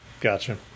Gotcha